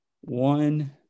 one